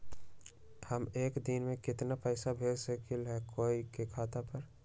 हम एक दिन में केतना पैसा भेज सकली ह कोई के खाता पर?